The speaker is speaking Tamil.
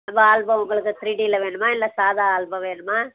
உங்கள் ஆல்பம் உங்களுக்கு த்ரீ டியில் வேணுமா இல்லை சாதா ஆல்பம் வேணுமா